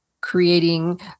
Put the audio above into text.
creating